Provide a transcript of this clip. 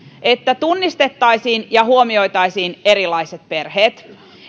että tunnistettaisiin ja huomioitaisiin erilaiset perheet